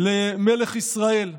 למלך ישראל.